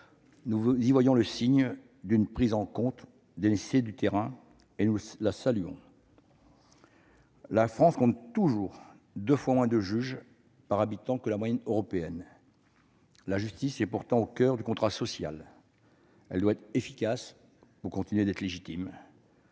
Nous y voyons le signe d'une prise en compte des nécessités du terrain, et nous la saluons. La France compte toujours deux fois moins de juges par habitant que la moyenne européenne. La justice est pourtant au coeur du contrat social. Elle doit être efficace pour continuer d'être légitime